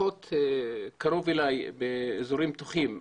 לפחות באזורים פתוחים,